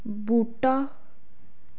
बूह्टा